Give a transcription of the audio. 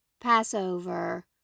Passover